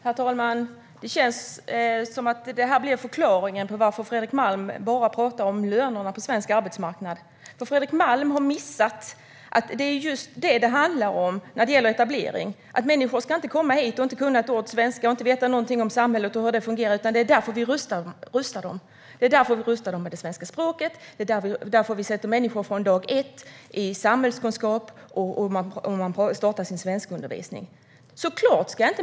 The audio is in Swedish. Herr talman! Det känns som om det här är förklaringen till varför Fredrik Malm bara pratar om lönerna på svensk arbetsmarknad. Fredrik Malm har nämligen missat att det är just det etablering handlar om: Människor ska inte komma hit och inte kunna ett ord svenska och inte veta någonting om samhället och hur det fungerar. Det är ju därför vi rustar dem. Det är därför vi rustar dem med det svenska språket, det är därför människor ska starta sin undervisning i samhällskunskap och svenska dag ett.